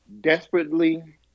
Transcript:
desperately